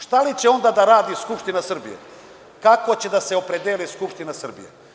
Šta li će onda da radi Skupština Srbije i kako će da se opredeli Skupština Srbije?